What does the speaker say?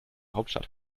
hauptstadt